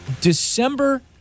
December